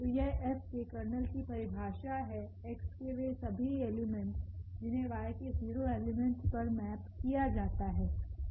तो यह F के कर्नेल कीपरिभाषा है Xके वे सभी एलिमेंट जिनहे Y के 0 एलिमेंट पर मैप किया जाता है